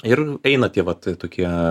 ir eina tie vat tokie